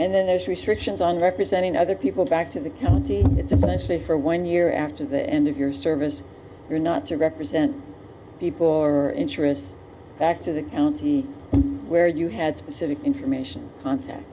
and then there's restrictions on representing other people back to the county it's especially for one year after the end of your service you're not to represent people or interests back to the county where you had specific information on ta